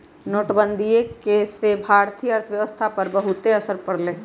नोटबंदी से भारतीय अर्थव्यवस्था पर बहुत असर पड़ लय